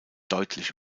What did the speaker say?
deutlich